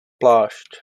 plášť